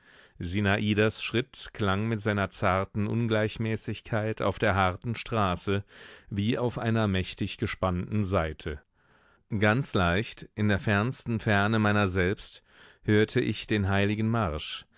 sinadas schritt klang mit seiner zarten ungleichmäßigkeit auf der harten straße wie auf einer mächtig gespannten saite ganz leicht in der fernsten ferne meiner selbst hörte ich den heiligen marsch